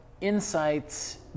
insights